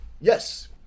Yes